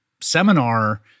seminar